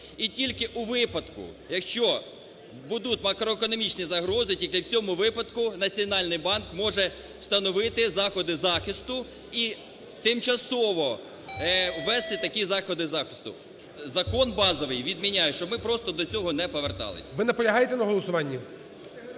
І тільки у випадку, якщо будуть макроекономічні загрози, тільки в цьому випадку Національний банк може встановити заходи захисту і тимчасово ввести такі заходи захисту. Закон базовий відміняє. Щоб ми просто до цього не поверталися. ГОЛОВУЮЧИЙ. Ви наполягаєте на голосуванні?